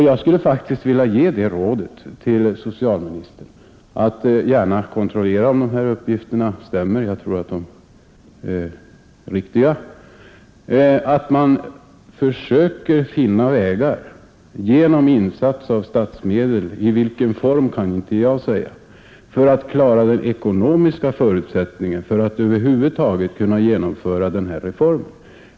Jag skulle faktiskt vilja ge det rådet till socialministern — kontrollera gärna att de här uppgifterna stämmer; jag tror att de är riktiga — att man försöker finna vägar genom insats av statsmedel, i vilken form kan jag inte säga, för att klara den ekonomiska förutsättningen för att över huvud taget kunna genomföra den här reformen.